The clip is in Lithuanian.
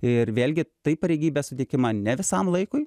ir vėlgi tai pareigybė suteikiama ne visam laikui